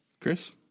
Chris